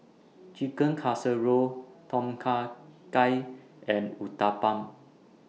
Chicken Casserole Tom Kha Gai and Uthapam